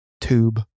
tube